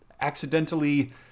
accidentally